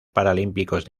paralímpicos